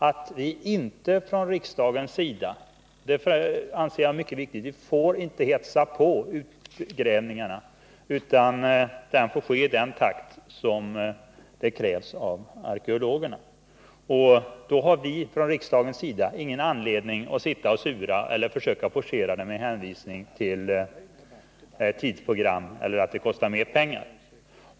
Vi får inte från riksdagens sida hetsa på utgrävningarna, utan de måste göras i den takt som krävs av arkeologerna. Vi har ingen anledning att i riksdagen sitta och sura eller försöka forcera arbetet med hänvisning till tidsprogrammet eller att det kostar mer pengar.